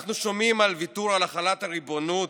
אנחנו שומעים על ויתור על החלת הריבונות,